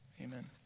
Amen